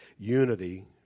Unity